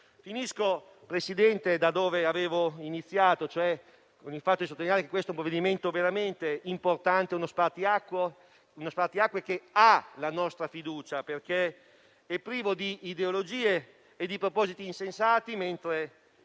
Termino, Presidente, da dove avevo iniziato, cioè sottolineando che questo è un provvedimento veramente importante, uno spartiacque che ha la nostra fiducia, perché è privo di ideologie e di propositi insensati; è